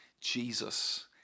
Jesus